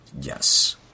Yes